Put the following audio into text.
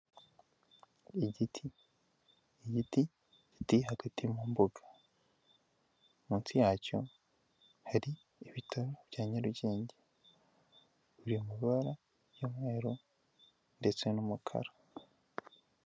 Igiti giteye hagati mu mbuga, munsi yacyo hari ibitaro bya Nyarugenge biri mu mabara y'umweru ndetse n'umukara.